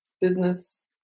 business